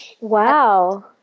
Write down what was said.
Wow